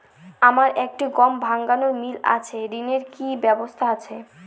আমার একটি গম ভাঙানোর মিল আছে ঋণের কি ব্যবস্থা আছে?